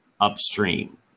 upstream